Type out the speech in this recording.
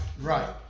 right